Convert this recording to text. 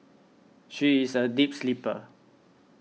she is a deep sleeper